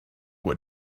what